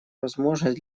возможность